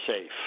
safe